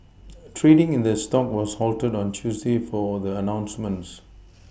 trading in the stock was halted on Tuesday for the announcements